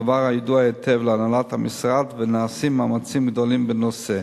דבר הידוע היטב להנהלת המשרד ונעשים מאמצים גדולים בנושא.